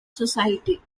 society